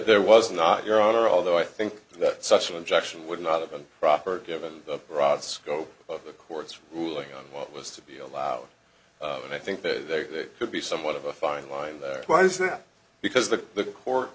there was not your honor although i think that such an injection would not have been proper given the route scope of the court's ruling on what was to be allowed and i think there could be somewhat of a fine line there why is that because the court